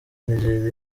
nigeria